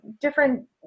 different